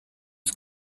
des